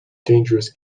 dangerous